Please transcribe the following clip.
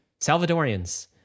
Salvadorians